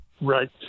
Right